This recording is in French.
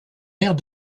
aire